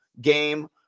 game